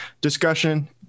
discussion